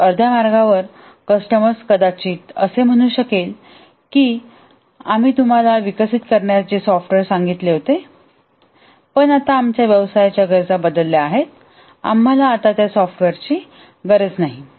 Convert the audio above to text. तर अर्ध्या मार्गावर कस्टमर्स कदाचित असे म्हणू शकेल की आम्ही तुम्हाला विकसित करण्यास सांगितले आहे ते पाहा आमच्या व्यवसायाच्या गरजा बदलल्या आहेत आम्हाला आता त्या सॉफ्टवेअरची गरज नाही